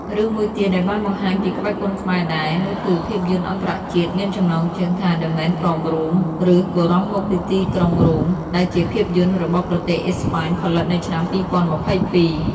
រឿងមួយទៀតដែលបានបង្ហាញពីក្បាច់គុនខ្មែរដែរ នោះគឺភាពយន្តអន្តរជាតិមានចំណងជើងថា "The Man from Rome" ឬ "បុរសមកពីទីក្រុងរ៉ូម" ដែលជាភាពយន្តរបស់ប្រទេសអេស្ប៉ាញផលិតនៅឆ្នាំ២០២២។